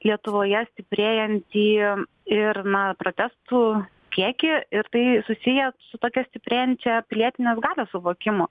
lietuvoje stiprėjantį ir na protestų kiekį ir tai susiję su tokia stiprėjančia pilietinės galios suvokimu